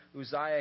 Uzziah